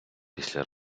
після